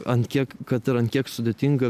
ant kiek kad ir ant kiek sudėtinga